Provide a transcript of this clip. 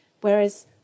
Whereas